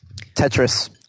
Tetris